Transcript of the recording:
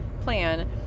plan